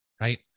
right